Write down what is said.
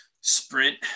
sprint